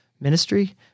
ministry